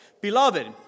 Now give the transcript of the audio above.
beloved